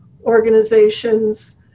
organizations